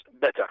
better